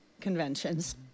conventions